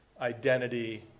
identity